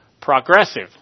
Progressive